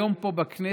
והיום פה בכנסת,